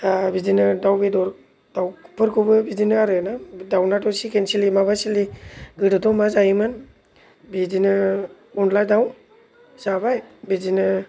दा बिदिनो दाव बेदर दावफोरखौबो बिदिनो आरो ना दावनाथ' सिकिन सिलि माबा सिलि गोदोथ' मा जायोमोन बिदिनो अनला दाव जाबाय बिदिनो